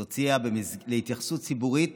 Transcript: היא הוציאה להתייחסות ציבורית